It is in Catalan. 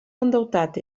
endeutat